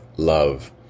love